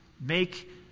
Make